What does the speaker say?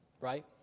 right